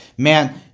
Man